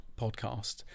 podcast